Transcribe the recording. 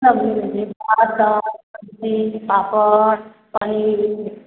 सब मिलै छै भात दालि सब्जी पापड़ पनीर